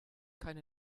keine